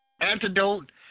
antidote